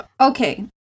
Okay